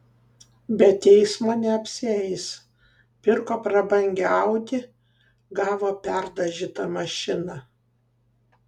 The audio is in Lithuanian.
be teismo neapsieis pirko prabangią audi gavo perdažytą mašiną